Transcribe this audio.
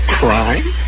crime